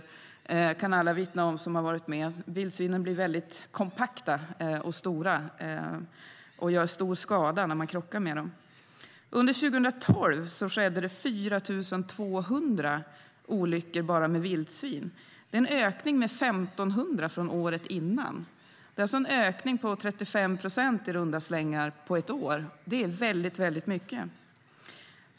Det kan alla vittna om som har varit med. Vildsvinen blir väldigt kompakta och stora och gör stor skada när man krockar med dem. Under 2012 skedde det 4 200 olyckor bara med vildsvin. Det är en ökning med 1 500 från året innan. Det är en ökning på i runda slängar 35 procent på ett år. Det är väldigt mycket.